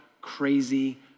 crazy